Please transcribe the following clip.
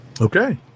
Okay